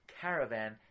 caravan